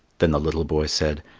then the little boy said,